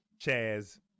Chaz